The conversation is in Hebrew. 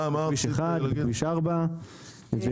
כביש 1, כביש 4 ובאיילון.